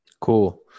Cool